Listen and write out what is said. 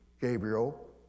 Gabriel